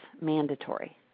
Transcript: mandatory